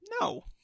No